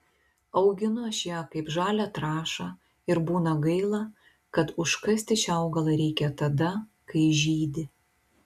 auginu aš ją kaip žalią trąšą ir būna gaila kad užkasti šį augalą reikia tada kai žydi